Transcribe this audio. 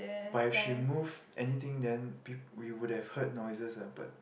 but if she move anything then pe~ we would heard noises ah but